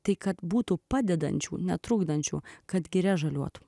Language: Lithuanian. tai kad būtų padedančių netrukdančių kad girią žaliuotų